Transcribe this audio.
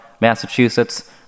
Massachusetts